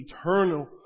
eternal